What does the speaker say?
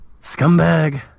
Scumbag